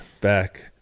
back